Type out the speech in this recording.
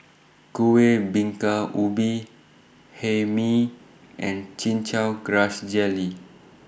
Kueh Bingka Ubi Hae Mee and Chin Chow Grass Jelly